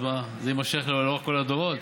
אז מה, זה יימשך לאורך כל הדורות?